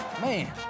Man